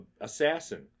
assassin